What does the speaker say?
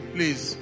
Please